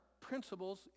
principles